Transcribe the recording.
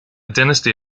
dynasty